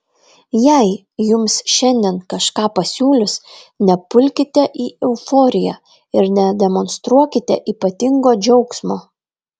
jei jums šiandien kažką pasiūlys nepulkite į euforiją ir nedemonstruokite ypatingo džiaugsmo